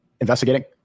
investigating